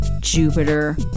Jupiter